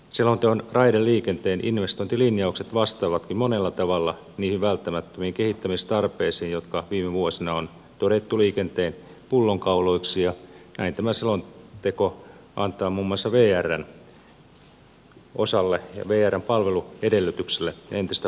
selonteon raideliikenteen investointilinjaukset vastaavatkin monella tavalla niitä välttämättömiä kehittämistarpeita jotka viime vuosina on todettu liikenteen pullonkauloiksi ja näin tämä selonteko antaa muun muassa vrn palveluedellytyksille entistä paremmat toimintamahdollisuudet